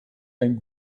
ein